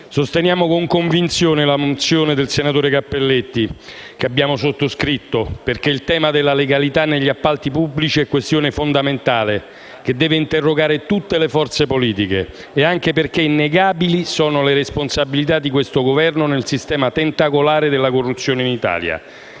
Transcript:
sosteniamo con convinzione la mozione del senatore Cappelletti, che abbiamo sottoscritto, perché il tema della legalità negli appalti pubblici è questione fondamentale, che deve interrogare tutte le forze politiche, e anche perché innegabili sono le responsabilità di questo Governo nel sistema tentacolare della corruzione in Italia: